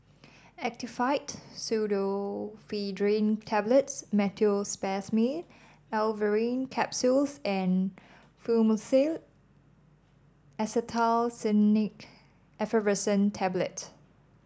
Actifed Pseudoephedrine Tablets Meteospasmyl Alverine Capsules and Fluimucil Acetylcysteine Effervescent Tablets